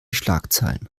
schlagzeilen